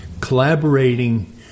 collaborating